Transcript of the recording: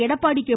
Edappadi K